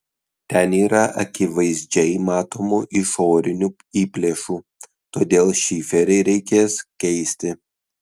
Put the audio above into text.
ten yra akivaizdžiai matomų išorinių įplėšų todėl šiferį reikės keisti